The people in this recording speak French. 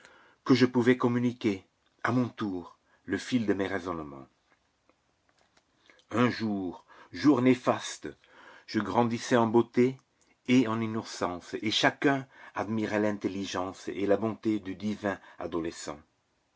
que je pouvais communiquer à mon tour le fil de mes raisonnements un jour jour néfaste je grandissais en beauté et en innocence et chacun admirait l'intelligence et la bonté du divin adolescent